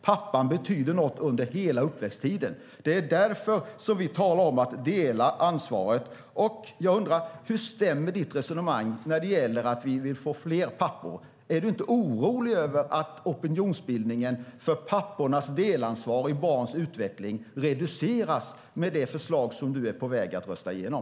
Pappan betyder något under hela uppväxttiden. Det är därför som vi talar om att dela ansvaret. Hur stämmer ditt resonemang om att vi vill se fler pappor? Är du inte orolig över att opinionsbildningen för pappornas delansvar i barns utveckling reduceras med det förslag som du är på väg att rösta igenom?